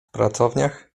pracowniach